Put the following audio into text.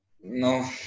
No